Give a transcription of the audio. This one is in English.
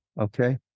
Okay